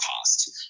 cost